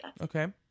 Okay